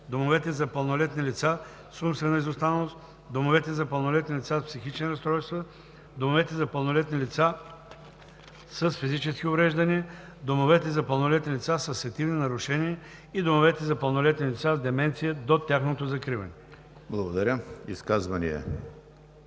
домовете за пълнолетни лица с умствена изостаналост, домовете за пълнолетни лица с психични разстройства, домовете за пълнолетни лица с физически увреждания, домовете за пълнолетни лица със сетивни нарушения и домовете за пълнолетни лица с деменция до тяхното закриване.“ ПРЕДСЕДАТЕЛ